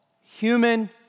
Human